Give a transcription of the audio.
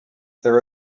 their